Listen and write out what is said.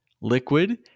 liquid